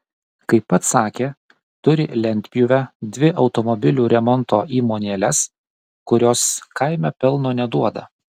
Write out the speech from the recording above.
kaip pats sakė turi lentpjūvę dvi automobilių remonto įmonėles kurios kaime pelno neduoda